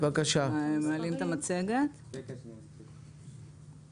אנחנו הצגנו פה בוועדה את הרפורמה שעשינו בנושא